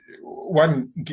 one